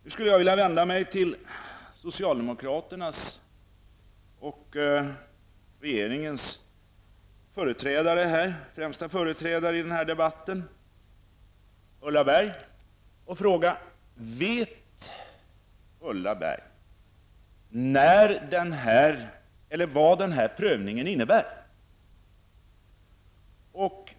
Jag skulle vilja vända mig till socialdemokraternas och regeringens främsta företrädare i den här debatten, Ulla Berg, och fråga: Vet Ulla Berg vad den här prövningen innebär?